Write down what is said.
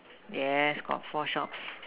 yes got four shops